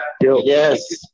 Yes